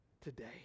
today